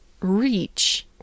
reach